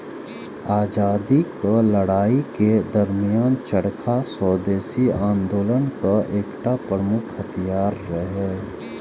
आजादीक लड़ाइ के दरमियान चरखा स्वदेशी आंदोलनक एकटा प्रमुख हथियार रहै